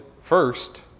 first